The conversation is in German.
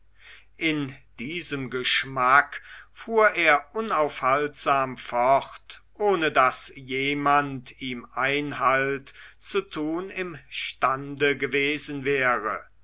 in diesem geschmack fuhr er unaufhaltsam fort ohne daß jemand ihm einhalt zu tun imstande gewesen wäre